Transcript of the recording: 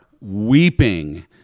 weeping